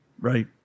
Right